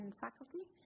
faculty